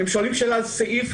הם שואלים שאלה על סעיף,